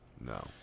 No